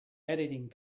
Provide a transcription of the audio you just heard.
editing